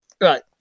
Right